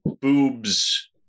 boobs